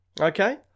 okay